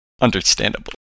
Understandable